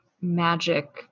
magic